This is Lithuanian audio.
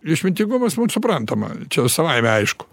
išmintingumas mum suprantama čia savaime aišku